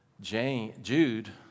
Jude